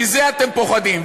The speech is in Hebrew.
מזה אתם פוחדים.